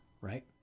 right